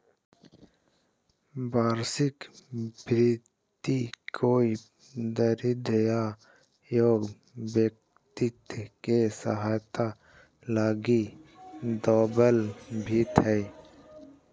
वार्षिक भृति कोई दरिद्र या योग्य व्यक्ति के सहायता लगी दैबल भित्ती हइ